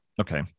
Okay